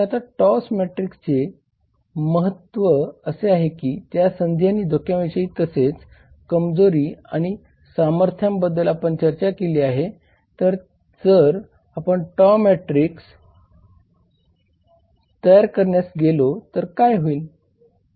आता टॉव्स मॅट्रिक्सचे महत्त्व असे आहे की ज्या संधी आणि धोक्यांविषयी तसेच कमजोरी आणि सामर्थ्य यांबद्दल आपण चर्चा केली आहे तर जर आपण टॉव्स मॅट्रिक्स तयार करण्यास गेलो तर काय होईल